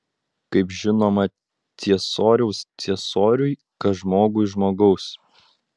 kaip žinoma ciesoriaus ciesoriui kas žmogaus žmogui